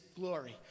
glory